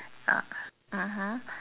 uh mmhmm